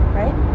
right